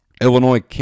Illinois